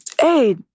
Hey